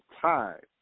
time